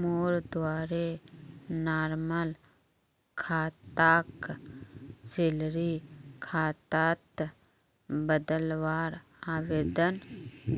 मोर द्वारे नॉर्मल खाताक सैलरी खातात बदलवार आवेदन